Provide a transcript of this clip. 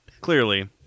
clearly